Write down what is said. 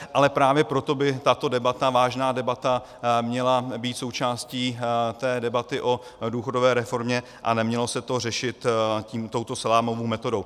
Ale právě proto by tato debata, vážná debata, měla být součástí té debaty o důchodové reformě a nemělo se to řešit touto salámovou metodou.